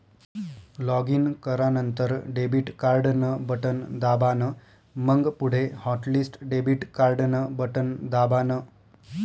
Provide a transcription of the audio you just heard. login करानंतर debit card न button दाबान, मंग पुढे हॉटलिस्ट डेबिट कार्डन बटन दाबान